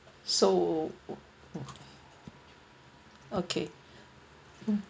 so o~ okay mm